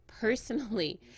Personally